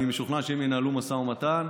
אני משוכנע שהם ינהלו משא ומתן,